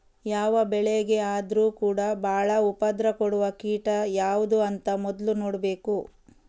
ಯಾವ ಬೆಳೆಗೆ ಆದ್ರೂ ಕೂಡಾ ಬಾಳ ಉಪದ್ರ ಕೊಡುವ ಕೀಟ ಯಾವ್ದು ಅಂತ ಮೊದ್ಲು ನೋಡ್ಬೇಕು